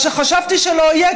מה שחשבתי שלא יהיה,